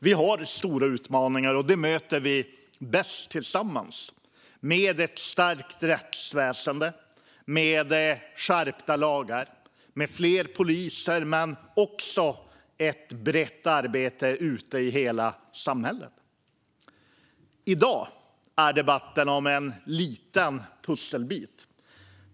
Vi har stora utmaningar, och dem möter vi bäst tillsammans, med ett starkt rättsväsen, med skärpta lagar och med fler poliser men också med ett brett arbete ute i hela samhället. Registrering av kon-tantkort - förbättrad tillgång till uppgifter för brottsbekämpande myndigheter I dag handlar debatten om en liten pusselbit.